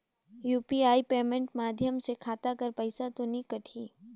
UPI payment माध्यम से खाता कर पइसा तो नी कटही?